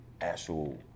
actual